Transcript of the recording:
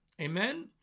Amen